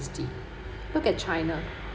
city~ look at china